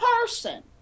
person